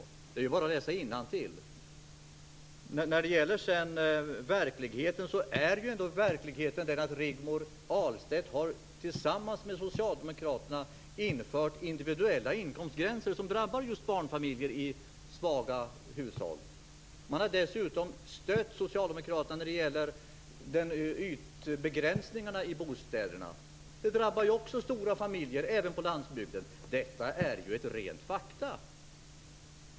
Det är bara att läsa innantill. Verkligheten är den att Rigmor Ahlstedt tillsammans med socialdemokraterna har infört individuella inkomstgränser som drabbar just barnfamiljer i svaga hushåll. Dessutom har hon stött socialdemokraterna när det gäller ytbegränsningarna i bostäderna. Det drabbar ju också stora familjer även på landsbygden. Detta är ett rent faktum.